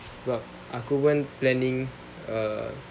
sebab aku pun planning uh